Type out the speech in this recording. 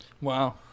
Wow